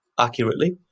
accurately